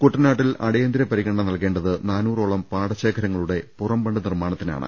കുട്ടനാട്ടിൽ അടിയന്തിര പരി ഗണന നൽകേണ്ടത് നാനൂറോളം പാടശേഖരങ്ങളുടെ പുറം ബണ്ട് നിർമ്മാണമാണ്